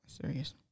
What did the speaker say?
Serious